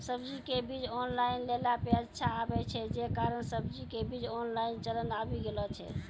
सब्जी के बीज ऑनलाइन लेला पे अच्छा आवे छै, जे कारण सब्जी के बीज ऑनलाइन चलन आवी गेलौ छै?